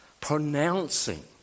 pronouncing